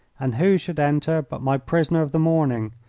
and who should enter but my prisoner of the morning,